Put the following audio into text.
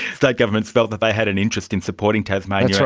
state governments felt that they had an interest in supporting tasmania.